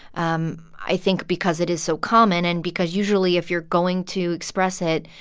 um i think because it is so common and because, usually, if you're going to express it,